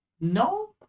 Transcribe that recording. no